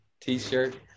t-shirt